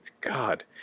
God